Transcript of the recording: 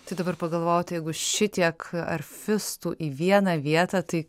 tai dabar pagalvojau tai jeigu šitiek arfistų į vieną vietą tai